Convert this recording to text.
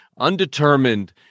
Undetermined